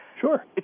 Sure